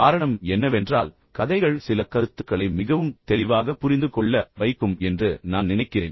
காரணம் என்னவென்றால் கதைகள் சில கருத்துக்களை மிகவும் தெளிவாக புரிந்துகொள்ள வைக்கும் என்று நான் நினைக்கிறேன்